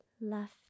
left